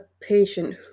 patient